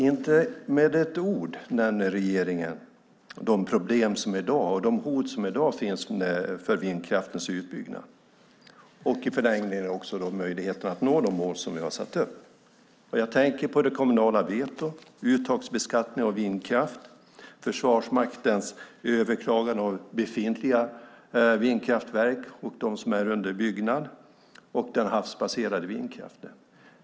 Inte med ett ord nämner regeringen de problem och hot som i dag finns för vindkraftens utbyggnad och i förlängningen möjligheten att nå de mål som vi har satt upp. Jag tänker på det kommunala vetot, uttagsbeskattning av vindkraft, Försvarsmaktens överklagande av befintliga vindkraftverk och dem som är under byggnad och den havsbaserade vindkraften.